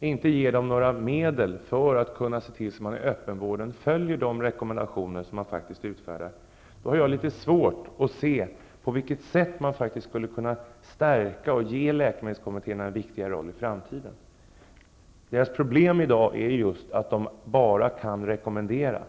inte ge dem några medel så att de kan tillse att öppenvården följer utfärdade rekommendationer, har jag svårt att se hur läkemedelskommittéerna kan stärkas och ges en viktigare roll i framtiden. Problemet i dag är just att de bara kan ge rekommendationer.